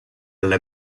alla